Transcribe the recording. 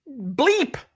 bleep